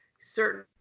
certain